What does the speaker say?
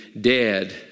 dead